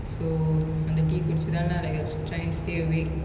so அந்த:antha tea குடிச்சிதா:kudichithaa lah like I'm trying to stay awake